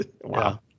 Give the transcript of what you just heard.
Wow